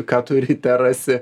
ką tu ryte rasi